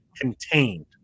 contained